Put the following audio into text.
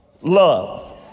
love